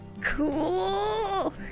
Cool